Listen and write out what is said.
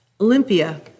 Olympia